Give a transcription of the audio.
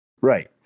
right